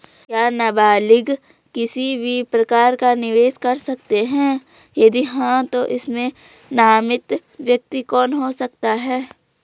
क्या नबालिग किसी भी प्रकार का निवेश कर सकते हैं यदि हाँ तो इसमें नामित व्यक्ति कौन हो सकता हैं?